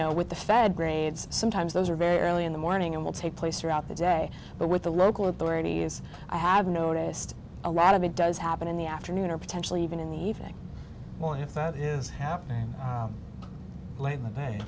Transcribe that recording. know with the fed grades sometimes those are very early in the morning and will take place throughout the day but with the local authorities i have noticed a lot of it does happen in the afternoon or potentially even in the evening and if that is happening